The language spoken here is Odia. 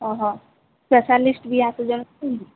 ଓହୋ ସ୍ପେଶାଲିିଷ୍ଟ୍ ବି ଆସୁଛନ୍ ତ